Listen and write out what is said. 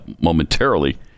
momentarily